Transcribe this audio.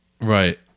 Right